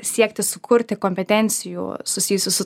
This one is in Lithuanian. siekti sukurti kompetencijų susijusių su